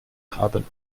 haben